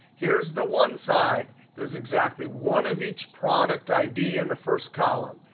here's the one side. there's exactly one of each product id in the first column.